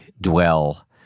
dwell